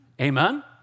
Amen